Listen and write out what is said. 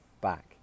back